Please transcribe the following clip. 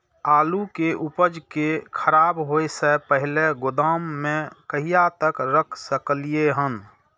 आलु के उपज के खराब होय से पहिले गोदाम में कहिया तक रख सकलिये हन?